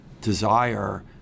desire